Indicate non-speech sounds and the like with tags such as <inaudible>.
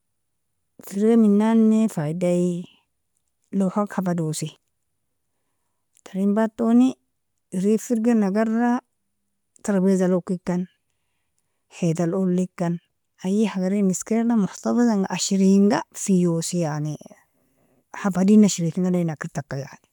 Framein nani faidaie, lawhaga hafadosi, tarin batoni erin firgin nagara tarabiza lokikan, hital olikan, ay agar inuskerda muhtafiznga ashringa fiyosi yani <hesitation> hafdin ashreng alinaker.